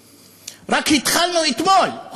התחלנו רק אתמול.